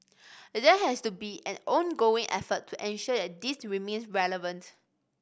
that has to be an ongoing effort to ensure that this remains relevant